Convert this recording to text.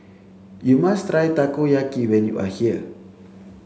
you must try Takoyaki when you are here